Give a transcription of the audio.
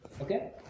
Okay